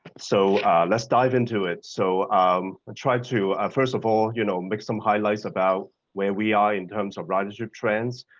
so let's dive into it. so i um and tried to first of all, you know make some highlights about where we are in terms of ridership trends.